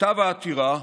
כתב העתירה,